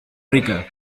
rica